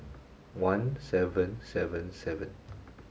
one seven seven seven